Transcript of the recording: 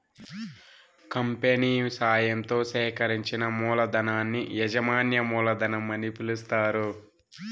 company సాయంతో సేకరించిన మూలధనాన్ని యాజమాన్య మూలధనం అని పిలుస్తారు